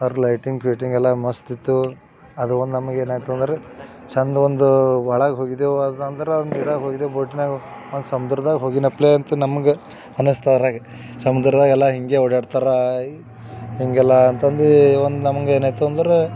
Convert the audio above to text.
ಅವ್ರ ಲೈಟಿಂಗ್ ಗೀಟಿಂಗ್ ಎಲ್ಲ ಮಸ್ತಿತ್ತು ಅದು ಒಂದು ನಮ್ಗೆ ಏನಾಯ್ತಂದ್ರೆ ಚೆಂದ ಒಂದು ಒಳಗೆ ಹೋಗಿದ್ದೆವು ಅದಂದ್ರೆ ಒಂದು ಇದ್ರಾಗ ಹೋಗಿದ್ದೆವು ಬೋಟಿನಾಗ ಒಂದು ಸಮುದ್ರದಾಗ ಹೋಗಿನಪ್ಲೇ ಅಂತು ನಮ್ಗೆ ಅನ್ನಿಸ್ತು ಅದ್ರಾಗೆ ಸಮುದ್ರದಾಗ ಎಲ್ಲ ಹೀಗೆ ಓಡಾಡ್ತಾರೆ ಹೀಗೆಲ್ಲ ಅಂತಂದು ಒಂದು ನಮಗೆ ಏನಾಯ್ತಂದ್ರೆ